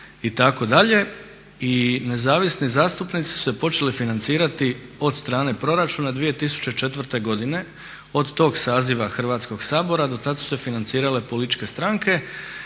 birača itd. I nezavisni zastupnici su se počeli financirati od strane proračuna 2004. godine od tog saziva Hrvatskog sabora do tad su se financirale političke stranke.